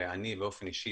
ואני באופן אישי,